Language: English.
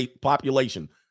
population